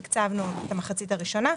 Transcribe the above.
תקצבנו את המחצית הראשונה,